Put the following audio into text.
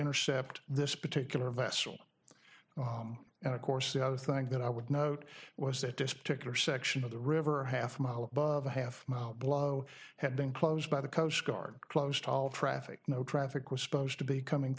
intercept this particular vessel and of course the other thing that i would note was that despotic or section of the river a half mile above a half mile below had been closed by the coast guard closed all traffic no traffic was supposed to be coming